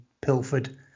pilfered